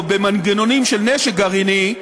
או במנגנונים של נשק גרעיני,